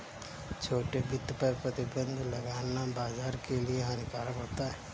छोटे वित्त पर प्रतिबन्ध लगाना बाज़ार के लिए हानिकारक होता है